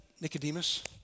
Nicodemus